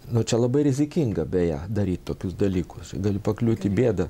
nu čia labai rizikinga beje daryt tokius dalykus gali pakliūt į bėdą